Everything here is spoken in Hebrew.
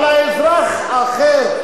אבל האזרח האחר,